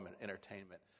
entertainment